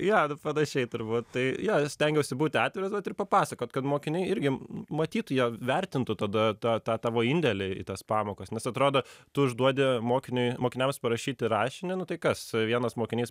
jo panašiai turbūt tai jo stengiuosi būti atviras ir papasakot kad mokiniai irgi matytų jo vertintų tada tą tą tavo indėlį į tas pamokas nes atrodo tu užduodi mokiniui mokiniams parašyti rašinį nu tai kas vienas mokinys